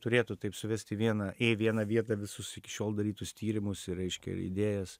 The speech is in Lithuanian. turėtų taip suvesti vieną į vieną vietą visus iki šiol darytus tyrimus ir reiškia idėjas